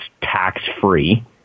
tax-free